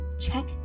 check